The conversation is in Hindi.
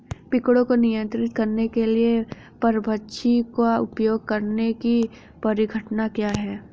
पीड़कों को नियंत्रित करने के लिए परभक्षी का उपयोग करने की परिघटना क्या है?